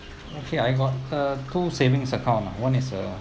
okay I got the two savings account mah one is a